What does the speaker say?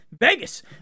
Vegas